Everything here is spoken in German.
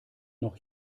noch